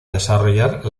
desarrollar